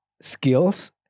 skills